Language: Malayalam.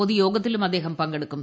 പൊതുയോഗത്തിലും അദ്ദേഹം പങ്കെടുക്കും